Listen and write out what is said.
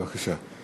בבקשה.